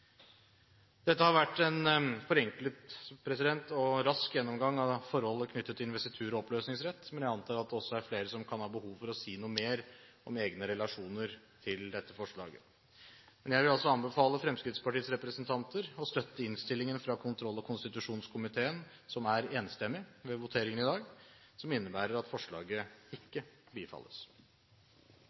Dette har vært en forenklet og rask gjennomgang av forholdet knyttet til investitur og oppløsningsrett, men jeg antar at flere kan ha behov for å si noe mer om egne relasjoner til dette forslaget. Jeg vil altså anbefale Fremskrittspartiets representanter om å støtte innstillingen fra kontroll- og konstitusjonskomiteen, som er enstemmig, ved voteringen i dag, som innebærer at forslaget ikke bifalles.